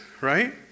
right